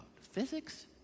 Physics